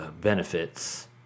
benefits